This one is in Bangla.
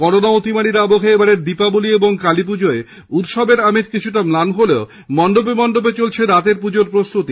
করোনা অতিমারীর আবহে এবারের দীপাবলী ও কালীপুজোয় উৎসবের আমেজ কিছুটা ম্লান হলেও মন্ডপে মন্ডপে চলছে রাতের পুজোর প্রস্তুতি